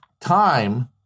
time